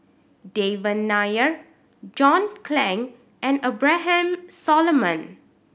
Devan Nair John Clang and Abraham Solomon